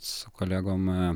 su kolegom